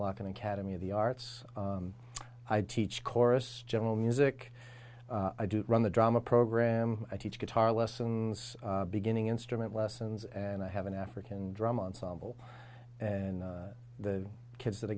walking academy of the arts i teach chorus general music i do run the drama program i teach guitar lessons beginning instrument lessons and i have an african drum ensemble and the kids that i